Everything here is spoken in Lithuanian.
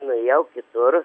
nuėjau kitur